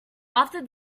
after